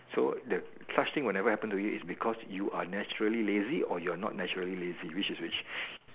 so the such thing that happens to you is because you are naturally lazy or you are not naturally lazy which is which